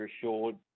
assured